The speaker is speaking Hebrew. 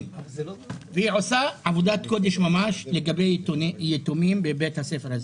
והיא עושה עבודת קודש של ממש בטיפול ביתומים בבית הספר.